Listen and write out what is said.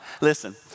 Listen